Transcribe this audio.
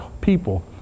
people